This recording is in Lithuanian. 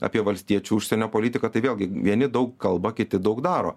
apie valstiečių užsienio politiką tai vėlgi vieni daug kalba kiti daug daro